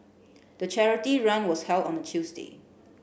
the charity run was held on a Tuesday